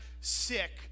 sick